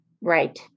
Right